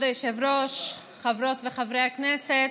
כבוד היושב-ראש, חברות וחברי הכנסת,